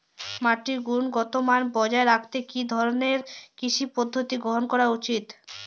মাটির গুনগতমান বজায় রাখতে কি ধরনের কৃষি পদ্ধতি গ্রহন করা উচিৎ?